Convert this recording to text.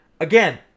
again